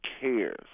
cares